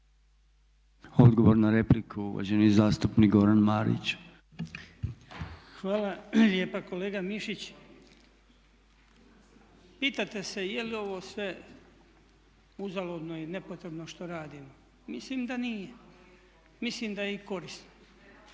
Odgovor na repliku, uvaženi zastupnik Goran Marić. **Marić, Goran (HDZ)** Hvala lijepa. Kolega Mišić, pitate se je li ovo sve uzaludno i nepotrebno što radimo. Mislim da nije, mislim da je i korisno.